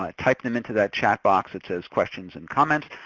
um type them into that chat box that says questions and comments.